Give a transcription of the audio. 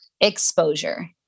Exposure